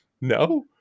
No